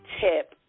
tip